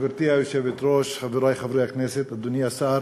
גברתי היושבת-ראש, חברי חברי הכנסת, אדוני השר,